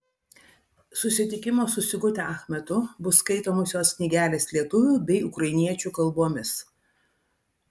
susitikimo su sigute ach metu bus skaitomos jos knygelės lietuvių bei ukrainiečių kalbomis